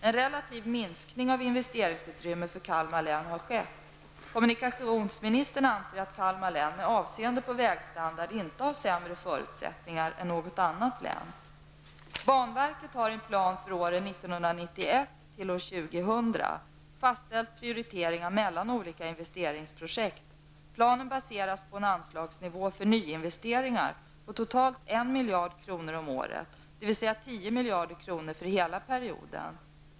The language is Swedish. En relativ minskning av investeringsutrymmet för Kalmar län har skett. Kommunikationsministern anser att Kalmar län med avseende på vägstandard inte har sämre förutsättningar än något annat län. Banverket har i en plan för åren 1991--2000 fastställt prioriteringar mellan olika investeringsprojekt. Planen baseras på en anslagsnivå för nyinvesteringar på totalt 1 miljard kronor om året, dvs. 10 miljarder kronor för hela perioden.